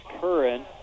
Curran